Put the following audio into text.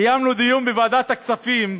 קיימנו דיון בוועדת הכספים,